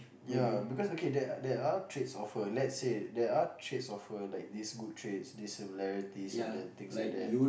ya because okay there are there are traits of her let's say there are traits of her like these good traits these similarities and then things like that